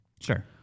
Sure